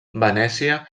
venècia